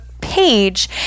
page